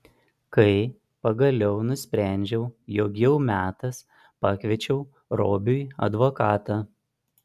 kai pagaliau nusprendžiau jog jau metas pakviečiau robiui advokatą